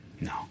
No